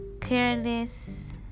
careless